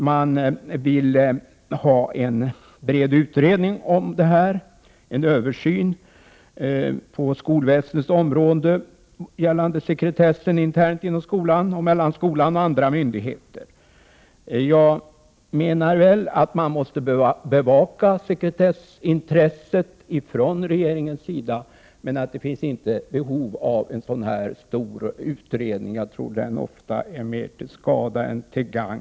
Man vill ha en bred utredning för att göra en översyn på skolväsendets område gällande sekretessen internt inom skolan och mellan skolan och andra myndigheter. Jag menar att man från regeringens sida måste bevaka sekretessintresset men att det inte finns behov av en så här stor utredning — jag tror att det ofta är mer till skada än till gagn.